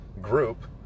group